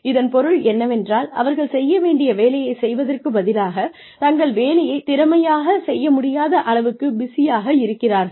இதன் பொருள் என்னவென்றால் அவர்கள் செய்ய வேண்டிய வேலையைச் செய்வதற்குப் பதிலாக தங்கள் வேலையைத் திறமையாகச் செய்ய முடியாத அளவுக்கு பிஸியாக இருக்கிறார்கள்